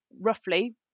roughly